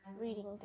reading